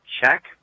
Check